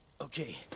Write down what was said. Okay